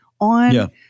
on